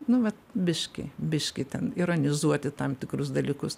nu vat biškį biškį ten ironizuoti tam tikrus dalykus